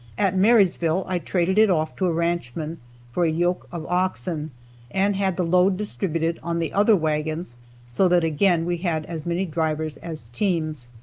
at marysville i traded it off to a ranchman for a yoke of oxen and had the load distributed on the other wagons so that again we had as many drivers as teams.